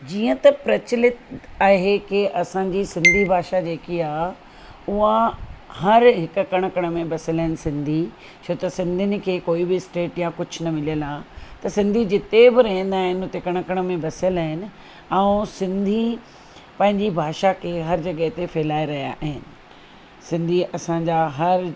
जीअं त प्रचलित आहे की असांजी सिंधी भाषा जेकी आहे उहा हर हिकु कण कण में बसियलु आहिनि सिंधी छो त सिंधियुनि खे कोई बि स्टेट या कुझु न मिलियलु आहे त सिंधी जिते बि रहंदा आहिनि उते कण कण में बसियलु आहिनि ऐं सिंधी पंहिंजी भाषा खे हर जॻहि ते फहिलाए रहिया आहिनि सिंधी असांजा हर